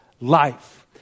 life